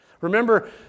Remember